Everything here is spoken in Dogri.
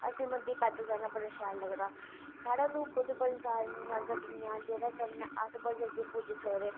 असें गी मंदिर पैदल जाना बड़ा शैल लगदा साढ़े उधमपुर च बड़ी सारियां गड्डियां जेह्दे कन्नै अस बड़ी जल्दी पुज्जी सकदे